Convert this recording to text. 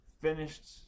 finished